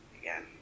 Again